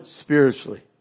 spiritually